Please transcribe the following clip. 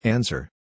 Answer